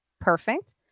perfect